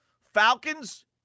Falcons